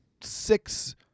six